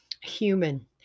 human